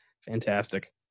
Fantastic